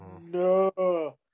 no